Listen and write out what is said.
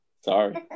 Sorry